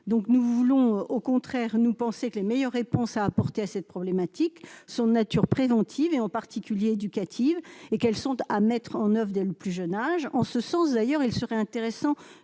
donc nous voulons au contraire nous penser que les meilleures réponses à apporter à cette problématique son nature préventive et en particulier éducative et qu'elles sont à mettre en oeuvre le plus jeune âge en ce sens d'ailleurs, il serait intéressant